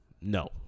no